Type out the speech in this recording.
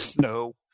no